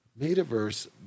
metaverse